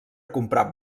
comprar